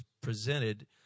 presented